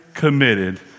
committed